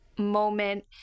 moment